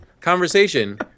conversation